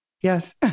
Yes